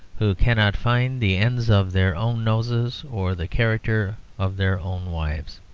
who cannot find the end of their own noses or the character of their own wives.